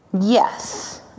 Yes